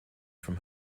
from